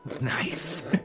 nice